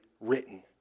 written